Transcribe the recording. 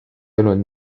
olnud